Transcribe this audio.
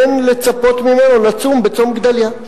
אין לצפות ממנו לצום בצום גדליה.